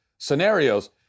scenarios